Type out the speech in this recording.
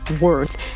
worth